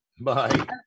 Bye